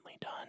done